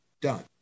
done